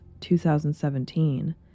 2017